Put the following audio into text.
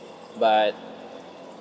but